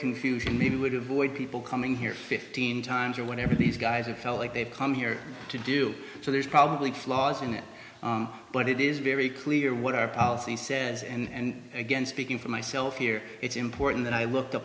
confusion we would avoid people coming here fifteen times or whatever these guys are felt like they've come here to do so there's probably flaws in it but it is very clear what our policy says and again speaking for myself here it's important that i look